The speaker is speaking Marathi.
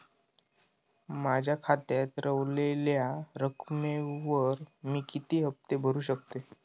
माझ्या खात्यात रव्हलेल्या रकमेवर मी किती हफ्ते भरू शकतय?